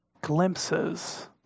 glimpses